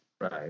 Right